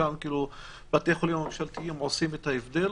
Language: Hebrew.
ששם בתי החולים הממשלתיים עושים את ההבדל,